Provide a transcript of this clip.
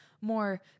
more